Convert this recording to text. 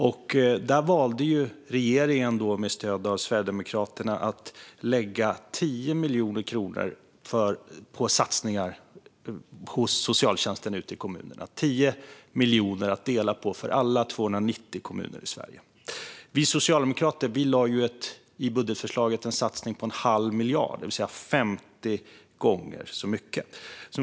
Där valde regeringen med stöd av Sverigedemokraterna att lägga 10 miljoner kronor på satsningar hos socialtjänsten ute i kommunerna - 10 miljoner att dela på för alla 290 kommuner i Sverige. Vi socialdemokrater gjorde i vårt budgetförslag en satsning på en halv miljard, det vill säga 50 gånger så mycket.